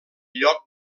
lloc